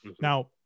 Now